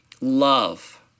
Love